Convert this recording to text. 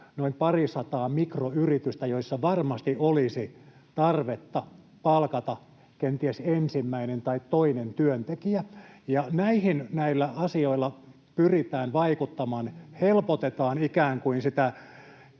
noin pari sataa mikroyritystä, joissa varmasti olisi tarvetta palkata kenties ensimmäinen tai toinen työntekijä, ja näihin näillä asioilla pyritään vaikuttamaan, helpotetaan ikään kuin sitä